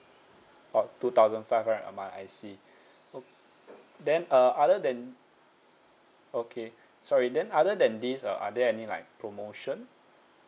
!wow! two thousand five right a month I see o~ then uh other than okay sorry then other than these uh are there any like promotion